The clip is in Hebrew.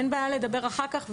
אין בעיה לדבר אחר כך,